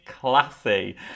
classy